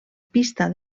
pista